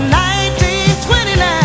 1929